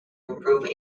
improve